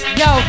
yo